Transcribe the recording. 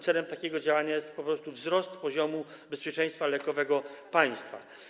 Celem takiego działania jest po prostu wzrost poziomu bezpieczeństwa lekowego państwa.